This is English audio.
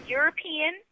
European